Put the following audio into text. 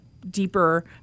Deeper